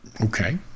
okay